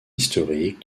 historique